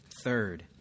Third